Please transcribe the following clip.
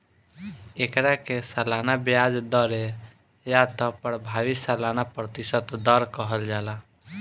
एकरा के सालाना ब्याज दर या त प्रभावी सालाना प्रतिशत दर कहल जाला